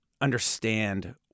understand